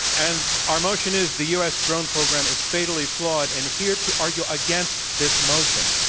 and our motion is the u. s. drone program is fatally flawed. and here to argue against this motion,